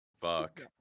fuck